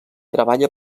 treballa